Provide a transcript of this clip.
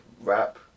rap